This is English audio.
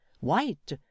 white